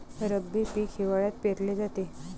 रब्बी पीक हिवाळ्यात पेरले जाते